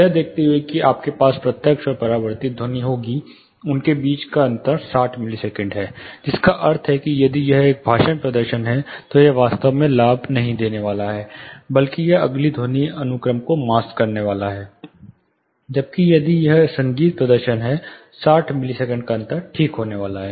यह देखते हुए कि आपके पास प्रत्यक्ष और परावर्तित ध्वनि होगी उनके बीच का अंतर 60 मिलीसेकंड है जिसका अर्थ है कि यदि यह एक भाषण प्रदर्शन है तो यह वास्तव में लाभ नहीं होने वाला है बल्कि यह अगले ध्वनि अनुक्रम को मास्क करने वाला है जबकि यदि यह एक संगीत प्रदर्शन है 60 मिलीसेकंड अंतर ठीक होने वाला है